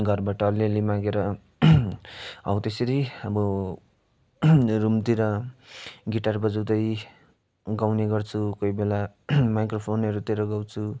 घरबाट अलि अलि मागेर हो त्यसरी अब रुमतिर गिटार बजाउँदै गाउने गर्छु कोही बेला माइक्रोफोनहरूतिर गाउँछु